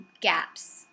gaps